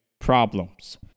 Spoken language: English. problems